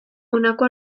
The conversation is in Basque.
honako